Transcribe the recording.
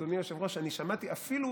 אדוני היושב-ראש: אני שמעתי אפילו